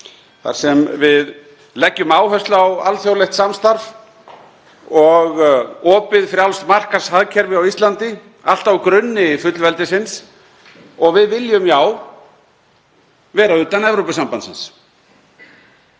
þar sem við leggjum áherslu á alþjóðlegt samstarf og opið frjálst markaðshagkerfi á Íslandi, allt á grunni fullveldisins. Og við viljum, já, vera utan Evrópusambandsins.